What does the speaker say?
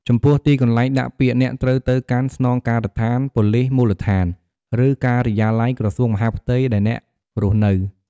ចំពោះទីកន្លែងដាក់ពាក្យ អ្នកត្រូវទៅកាន់ស្នងការដ្ឋានប៉ូលីសមូលដ្ឋាន ឬ ការិយាល័យក្រសួងមហាផ្ទៃ ដែលអ្នករស់នៅ។